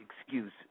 excuse